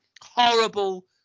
horrible